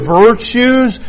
virtues